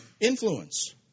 influence